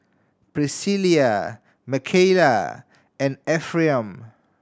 Pricilla Mckayla and Ephriam